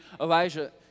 Elijah